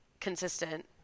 consistent